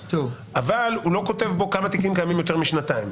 אבל הוא לא כותב בו כמה תיקים קיימים יותר משנתיים.